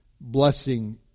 Blessing